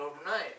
overnight